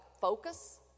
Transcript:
focus